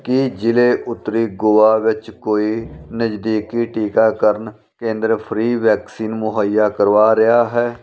ਕੀ ਜ਼ਿਲ੍ਹੇ ਉੱਤਰੀ ਗੋਆ ਵਿੱਚ ਕੋਈ ਨਜ਼ਦੀਕੀ ਟੀਕਾਕਰਨ ਕੇਂਦਰ ਫ੍ਰੀ ਵੈਕਸੀਨ ਮੁਹੱਈਆ ਕਰਵਾ ਰਿਹਾ ਹੈ